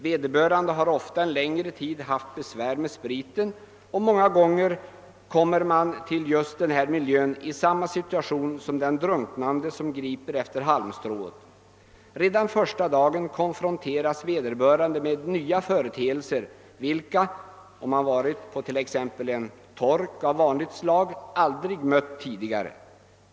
Vederbörande har ofta en längre tid haft besvär med spriten, och många gånger kommer man till just den här miljön i samma situation som den drunknande som griper efter halmstrået. Redan första dagen konfronteras vederbörande med nya företeelser, vilka han — om han varit på t.ex. en »tork« av vanligt slag — aldrig mött tidigare.